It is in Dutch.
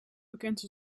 bekend